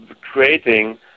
creating